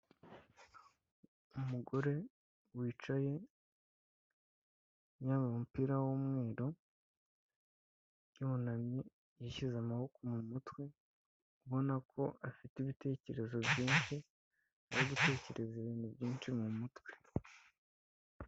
Umugore wicaye yambaye umupira w'umweru yunamye yashyize amaboko mu mutwe, ubona ko afite ibitekerezo byinshi ari gutekereza ibintu byinshi mumutwe.